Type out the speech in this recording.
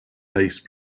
lace